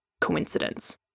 coincidence